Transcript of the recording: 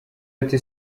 ati